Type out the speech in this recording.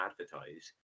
advertise